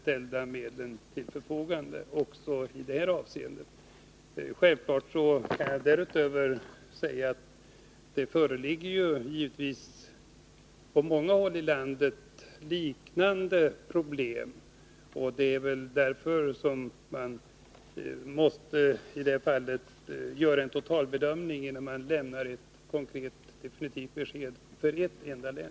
Jag vill därutöver tillägga att det givetvis föreligger liknande problem på många håll i landet. Det innebär att man måste göra en totalbedömning, innan man lämnar ett konkret och definitivt besked till ett enda län.